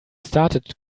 started